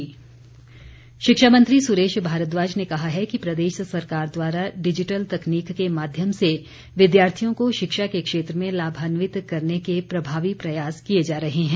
सुरेश भारद्वाज शिक्षा मंत्री सुरेश भारद्वाज ने कहा है कि प्रदेश सरकार द्वारा डिजिटल तकनीक के माध्यम से विद्यार्थियों के शिक्षा के क्षेत्र में लाभान्वित करने के प्रभावी प्रयास किए जा रहे हैं